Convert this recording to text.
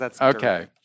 Okay